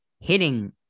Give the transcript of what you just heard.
hitting